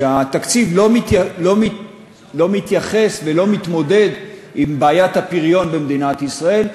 שהתקציב לא מתייחס ולא מתמודד עם בעיית הפריון במדינת ישראל,